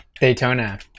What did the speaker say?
Daytona